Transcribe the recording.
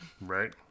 Right